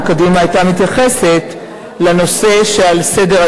אני כואב את כאבי שראש הממשלה